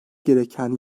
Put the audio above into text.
gereken